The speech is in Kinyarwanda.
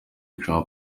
trump